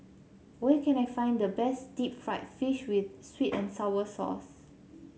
where can I find the best Deep Fried Fish with sweet and sour sauce